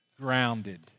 grounded